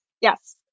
yes